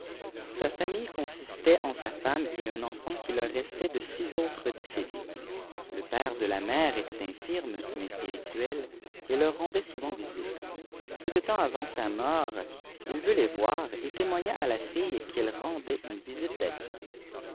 sa famille consistait en sa femme et un enfant qui leur restait de six autres décédés le père de la mère était infirme mais spirituel et leur rendait souvent yisite peu de temps avant sa mort il veut les voir et témoigna à la fille qu'il rendait une visite d'adieu